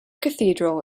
cathedral